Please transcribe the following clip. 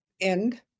end